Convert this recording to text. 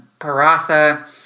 Paratha